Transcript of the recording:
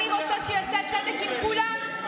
אני רוצה שייעשה צדק עם כולם.